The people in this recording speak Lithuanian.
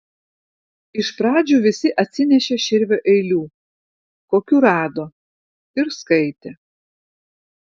iš pradžių visi atsinešė širvio eilių kokių rado ir skaitė